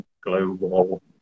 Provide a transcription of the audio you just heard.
global